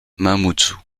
mamoudzou